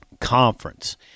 conference